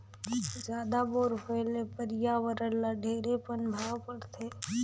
जादा बोर होए ले परियावरण ल ढेरे पनभाव परथे